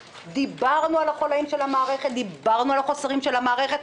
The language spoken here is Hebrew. דיברנו על החולאים ועל החוסרים של המערכת,